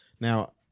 now